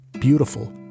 beautiful